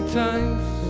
times